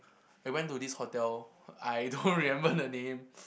I went to this hotel I don't remember the name